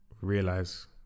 realize